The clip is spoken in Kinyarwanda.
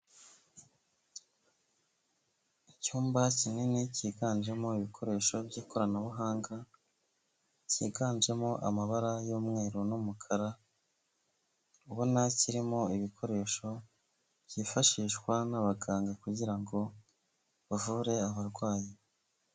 Icyumba kinini cyiganjemo ibikoresho by'ikoranabuhanga, cyiganjemo amabara y'umweru n'umukara, ubona kirimo ibikoresho byifashishwa n'abaganga, kugira ngo bavure abarwayi.